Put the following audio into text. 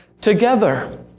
together